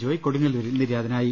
ജോയ് കൊടുങ്ങല്ലൂരിൽ നിര്യാതനായി